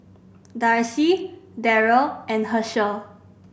Darcy Darryll and Hershell